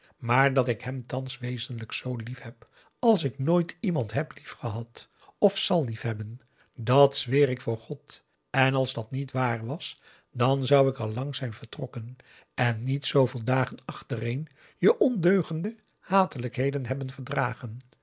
maar dat ik hem thans wezenlijk zoo liefheb als ik nooit iemand heb liefgehad of zal hebben dat zweer ik voor god en als dat niet waar was dan zou ik al lang zijn vertrokken en niet zooveel dagen achtereen je ondeugende hatelijkheden hebben verdragen